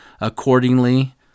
Accordingly